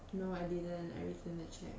no I didn't I return the cheque